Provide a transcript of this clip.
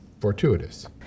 Fortuitous